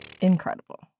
Incredible